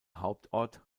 hauptort